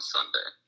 Sunday